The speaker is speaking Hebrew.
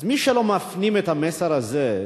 אז מי שלא מפנים את המסר הזה,